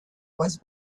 was